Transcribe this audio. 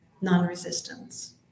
non-resistance